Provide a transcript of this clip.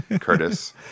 Curtis